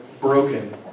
broken